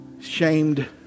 shamed